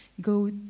go